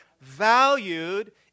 Valued